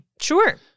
Sure